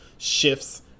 Shifts